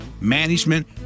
management